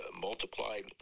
multiplied